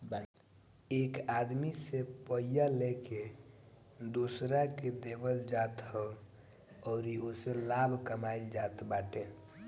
एक आदमी से पइया लेके दोसरा के देवल जात ह अउरी ओसे लाभ कमाइल जात बाटे